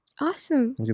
Awesome